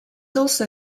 also